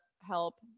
help